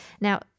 Now